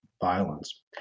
Violence